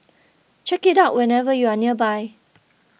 check it out whenever you are nearby